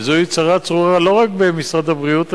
וזוהי צרה צרורה לא רק במשרד הבריאות,